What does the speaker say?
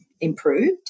improved